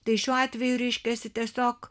tai šiuo atveju reiškiasi tiesiog